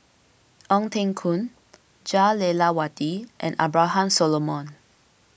Ong Teng Koon Jah Lelawati and Abraham Solomon